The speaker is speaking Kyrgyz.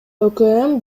өкм